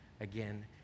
again